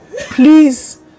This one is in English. please